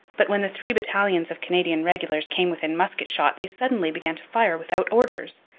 but when the three battalions of canadian regulars came within musket-shot they suddenly began to fire without orders,